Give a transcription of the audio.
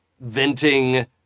venting